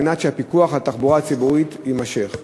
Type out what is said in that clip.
על מנת שהפיקוח על התחבורה הציבורית יימשך?